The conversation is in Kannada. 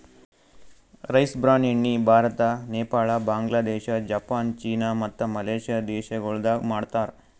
ರೈಸ್ ಬ್ರಾನ್ ಎಣ್ಣಿ ಭಾರತ, ನೇಪಾಳ, ಬಾಂಗ್ಲಾದೇಶ, ಜಪಾನ್, ಚೀನಾ ಮತ್ತ ಮಲೇಷ್ಯಾ ದೇಶಗೊಳ್ದಾಗ್ ಮಾಡ್ತಾರ್